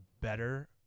better